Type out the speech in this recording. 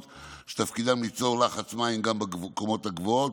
שתפקידן ליצור לחץ מים גם בקומות הגבוהות.